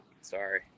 Sorry